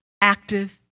active